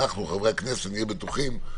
אנחנו חברי הכנסת נהיה בטוחים,